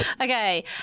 Okay